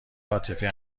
عاطفی